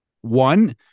One